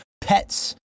Pets